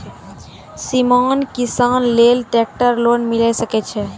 सीमांत किसान लेल ट्रेक्टर लोन मिलै सकय छै?